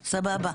סבבה,